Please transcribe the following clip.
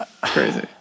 Crazy